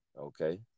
Okay